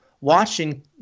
Watching